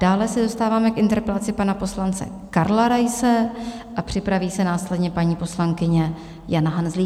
Dále se dostáváme k interpelaci pana poslance Karla Raise a připraví se následně paní poslankyně Jana Hanzlíková.